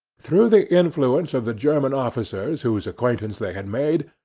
through the influence of the german officers whose acquaintance they had made,